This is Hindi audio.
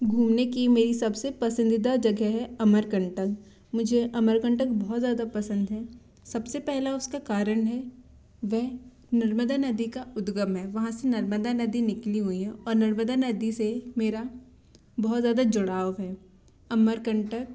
घूमने की मेरी सबसे पसंदीदा जगह है अमरकंटक मुझे अमरकंटक बहुत ज़्यादा पसंद है सबसे पहला उसका कारण है वह नर्मदा नदी का उद्गम है वहाँ से नर्मदा नदी निकली हुई है और नर्मदा नदी से मेरा बहुत ज़्यादा जुड़ाव है अमरकंटक